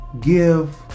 give